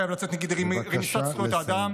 חייב לצאת נגיד רמיסת זכויות האדם.